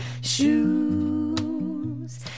shoes